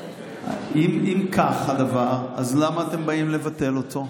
אם כך הדבר, אז למה אתם באים לבטל אותו?